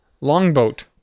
longboat